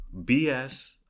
BS